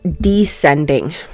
descending